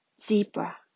Zebra